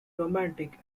romantic